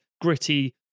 gritty